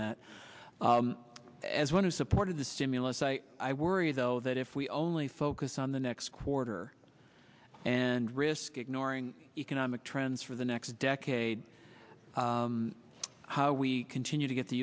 that as one who supported the stimulus i i worry though that if we only focus on the next quarter and risk ignoring economic trends for the next decade how we continue to get the